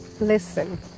listen